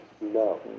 no